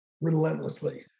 relentlessly